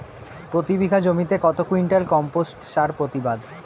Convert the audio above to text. প্রতি বিঘা জমিতে কত কুইন্টাল কম্পোস্ট সার প্রতিবাদ?